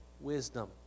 wisdom